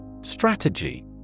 Strategy